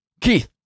keith